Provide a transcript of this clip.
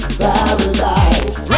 paradise